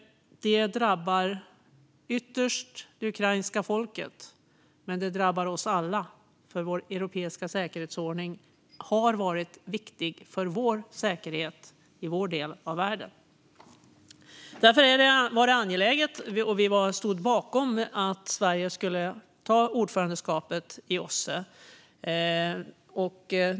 Det drabbar ytterst det ukrainska folket, men det drabbar också oss alla, för vår europeiska säkerhetsordning har varit viktig för vår säkerhet i vår del av världen. Därför kändes det angeläget att Sverige skulle ha ordförandeskapet i OSSE, och vi stod bakom det.